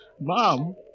Mom